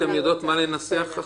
אתן יודעות מה לנסח?